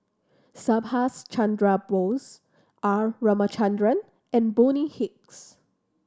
Subhas Chandra Bose R Ramachandran and Bonny Hicks